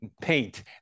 paint